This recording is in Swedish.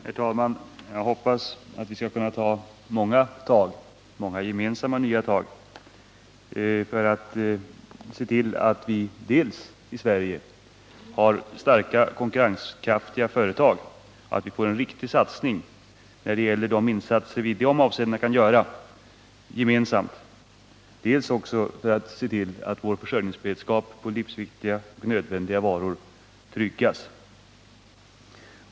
Herr talman! Jag hoppas att vi skall kunna ta många gemensamma nya tag för att se till dels att vi i Sverige har stora, konkurrenskraftiga företag, dels att vi får en riktig satsning när det gäller de insatser vi i de avseendena gemensamt kan göra, dels ock att vår försörjning av nödvändiga och livsviktiga varor tryggas.